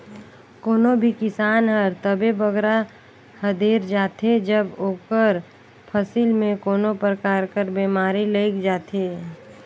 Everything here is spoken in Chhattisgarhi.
कोनो भी किसान हर तबे बगरा हदेर जाथे जब ओकर फसिल में कोनो परकार कर बेमारी लइग जाथे